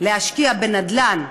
להשקיע בנדל"ן.